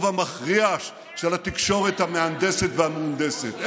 המכריע של התקשורת המהנדסת והמהונדסת.